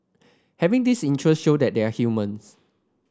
having this interest show that they are humans